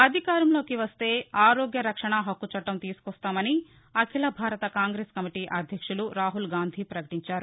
అధికారంలోకి వస్తే ఆరోగ్య రక్షణ హక్కు చట్టం తీసుకొస్తామని అఖిల భారత కాంగ్రెస్ కమిటీ అధ్యక్షులు రాహుల్ గాంధీ పకటించారు